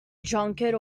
drunkard